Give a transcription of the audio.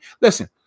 Listen